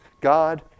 God